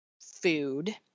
food